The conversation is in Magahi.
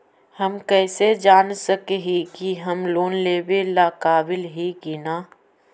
हम कईसे जान सक ही की हम लोन लेवेला काबिल ही की ना?